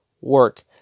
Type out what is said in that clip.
work